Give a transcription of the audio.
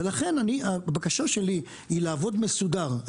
ולכן הבקשה שלי היא לעבוד מסודר.